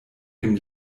dem